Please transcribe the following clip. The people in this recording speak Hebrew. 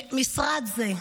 שמשרד זה,